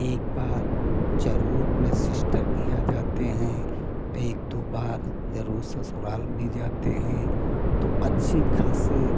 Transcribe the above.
एक बार जरूर अपने सिश्टर के यहाँ जाते हैं एक दो बार जरूर ससुराल भी जाते हैं तो अच्छी खासी